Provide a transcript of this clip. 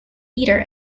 theater